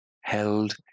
held